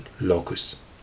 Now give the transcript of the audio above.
locus